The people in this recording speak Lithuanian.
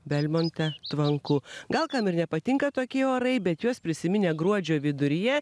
belmonte tvanku gal kam ir nepatinka tokie orai bet juos prisiminę gruodžio viduryje